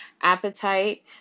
Appetite